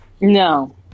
no